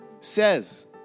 says